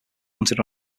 mounted